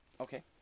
Okay